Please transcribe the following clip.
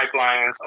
pipelines